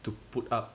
to put up